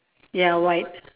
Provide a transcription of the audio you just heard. ya white